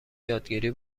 یادگیری